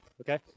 Okay